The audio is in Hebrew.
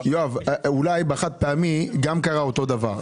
אומר שאולי בחד-פעמי גם קרה אותו דבר,